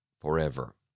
forever